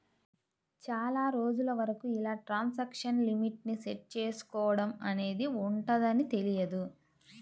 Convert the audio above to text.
చాలా రోజుల వరకు ఇలా ట్రాన్సాక్షన్ లిమిట్ ని సెట్ చేసుకోడం అనేది ఉంటదని తెలియదు